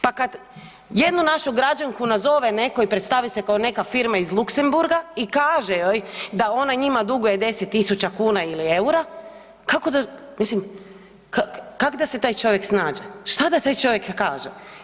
Pa kada jednu našu građanku nazove neko i predstavi se kao neka firma iz Luxembourga i kaže joj da ona njima duguje 10.000 kuna ili eura, kako da, mislim kako da se taj čovjek snađe, šta da taj čovjek kaže?